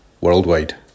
Worldwide